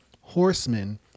horsemen